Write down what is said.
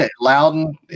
Loudon